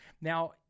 Now